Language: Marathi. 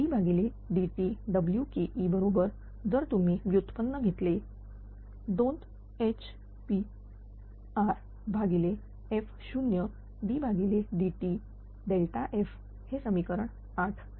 तर ddt Wke बरोबर जर तुम्ही व्युत्पन्न घेतलेत 2Hprf0d dt हे समीकरण 8